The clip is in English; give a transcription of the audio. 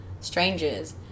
strangers